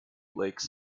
lakes